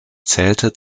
zählte